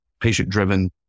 patient-driven